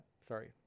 Sorry